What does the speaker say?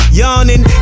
yawning